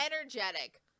energetic